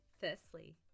Firstly